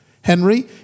Henry